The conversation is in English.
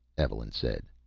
evelyn said.